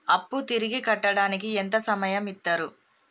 అప్పు తిరిగి కట్టడానికి ఎంత సమయం ఇత్తరు?